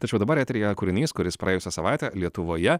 tačiau dabar eteryje kūrinys kuris praėjusią savaitę lietuvoje